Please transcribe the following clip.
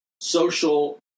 social